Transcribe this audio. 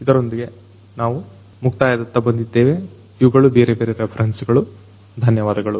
ಇದರೊಂದಿಗೆ ನಾವು ಮುಕ್ತಾಯದತ್ತ ಬಂದಿದ್ದೇವೆ ಇವುಗಳು ಬೇರೆ ಬೇರೆ ರೆಫರೆನ್ಸ್ ಗಳು